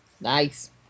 Nice